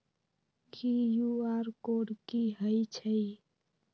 QR code कि हई छई?